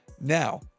now